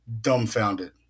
dumbfounded